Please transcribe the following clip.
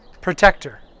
Protector